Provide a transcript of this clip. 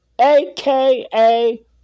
aka